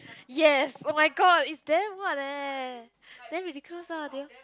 yes oh-my-god it's damn what leh damn ridiculous ah they all